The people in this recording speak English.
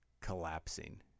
collapsing